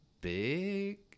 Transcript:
big